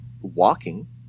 walking